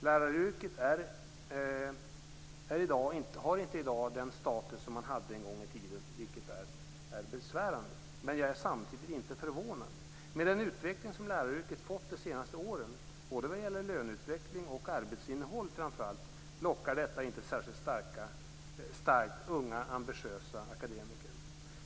Läraryrket har i dag inte den status det hade en gång i tiden, vilket är besvärande. Men jag är samtidigt inte förvånad. Med den utveckling som läraryrket fått de senaste åren, både när det gäller löner och framför allt när det gäller arbetsinnehåll, lockar yrket inte särskilt starkt unga, ambitiösa akademiker.